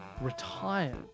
retired